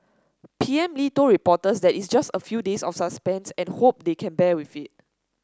P M Lee told reporters that it's just a few days of suspense and hope they can bear with it